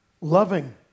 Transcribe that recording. Loving